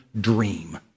dream